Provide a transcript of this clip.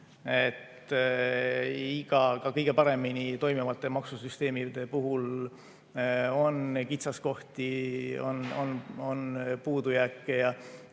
Ka kõige paremini toimivate maksusüsteemide puhul on kitsaskohti ja puudujääke. Ja